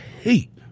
hate